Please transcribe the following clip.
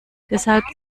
deshalb